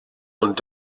und